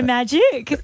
Magic